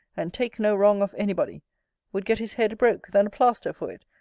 and take no wrong of any body would get his head broke, then a plaster for it,